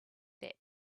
that